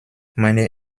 meine